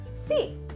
See